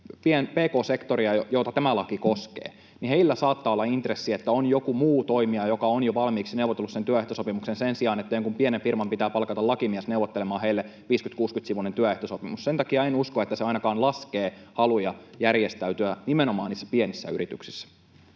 pk-sektoria, jota tämä laki koskee, niin heillä saattaa olla intressi, että on joku muu toimija, joka on jo valmiiksi neuvotellut sen työehtosopimuksen sen sijaan, että jonkun pienen firman pitää palkata lakimies neuvottelemaan heille 50—60-sivuinen työehtosopimus. Sen takia en usko, että se ainakaan laskee haluja järjestäytyä nimenomaan niissä pienissä yrityksissä.